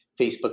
Facebook